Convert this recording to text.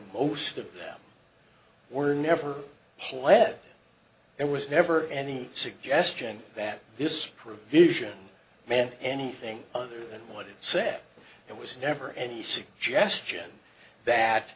most of them were never pled it was never any suggestion that this provision meant anything other than what it said it was never any suggestion that